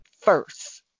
first